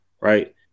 right